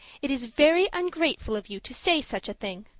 it is very ungrateful of you to say such a thing.